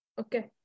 Okay